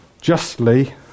justly